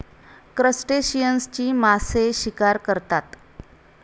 क्रस्टेशियन्सची मासे शिकार करतात